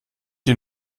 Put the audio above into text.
die